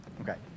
Okay